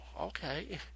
okay